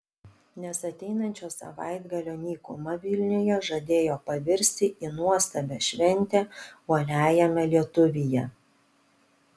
nes ateinančio savaitgalio nykuma vilniuje žadėjo pavirsti į nuostabią šventę uoliajame lietuvyje